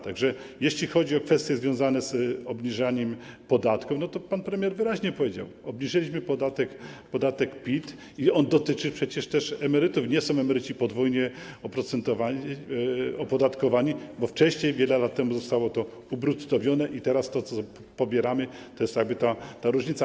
Tak że jeśli chodzi o kwestie związane z obniżaniem podatków, to pan premier wyraźnie powiedział, że obniżyliśmy podatek PIT, a on dotyczy przecież też emerytów, nie są emeryci podwójnie opodatkowani, bo wcześniej, wiele lat temu, zostało to ubruttowione i teraz to, co pobieramy, to jest jakby ta różnica.